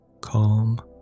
Calm